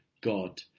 God